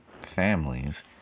families